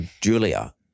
Julia